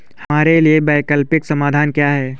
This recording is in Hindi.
हमारे लिए वैकल्पिक समाधान क्या है?